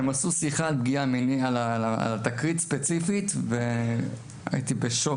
הם עשו שיחה על התקרית הספציפית והייתי בשוק,